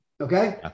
Okay